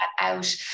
out